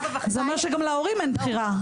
זה אומר שגם להורים אין בחירה.